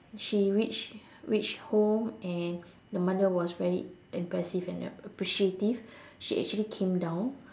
she reached reached home and the mother was very impressive and appreciative she actually came down